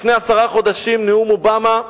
לפני עשרה חודשים, נאום אובמה.